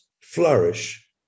flourish